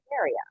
area